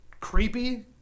creepy